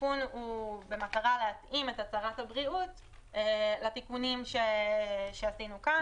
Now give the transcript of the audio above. התיקון הוא במטרה להתאים את הצהרת הבריאות לתיקונים שעשינו כאן.